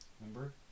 remember